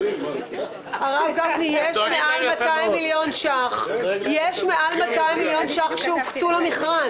הרב גפני, יש יותר מ-200 מיליון ש"ח שהוקצו למכרז.